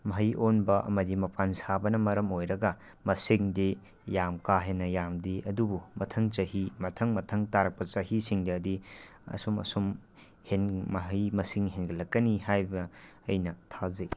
ꯃꯍꯩ ꯑꯣꯟꯕ ꯑꯃꯗꯤ ꯃꯄꯥꯟ ꯁꯥꯕꯅ ꯃꯔꯝ ꯑꯣꯏꯔꯒ ꯃꯁꯤꯡꯗꯤ ꯌꯥꯝ ꯀꯥꯍꯦꯟꯅ ꯌꯥꯝꯗꯦ ꯑꯗꯨꯕꯨ ꯃꯊꯪ ꯆꯍꯤ ꯃꯊꯪ ꯃꯊꯪ ꯇꯥꯔꯛꯄ ꯆꯍꯤꯁꯤꯡꯗꯗꯤ ꯑꯁꯨꯝ ꯑꯁꯨꯝ ꯃꯍꯩ ꯃꯁꯤꯡ ꯍꯦꯟꯒꯠꯂꯛꯀꯅꯤ ꯍꯥꯏꯕ ꯑꯩꯅ ꯊꯥꯖꯩ